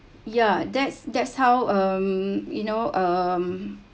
ya that's that's how um you know um